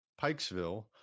Pikesville